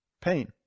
Pain